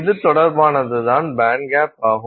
இது தொடர்பானது தான் பேண்ட்கேப் ஆகும்